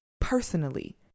personally